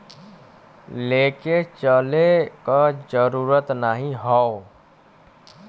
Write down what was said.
लेके चले क जरूरत नाहीं हौ